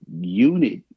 unit